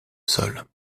sol